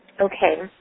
Okay